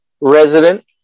resident